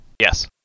yes